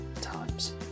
times